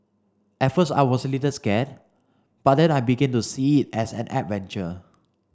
at first I was a little scared but then I began to see it as an adventure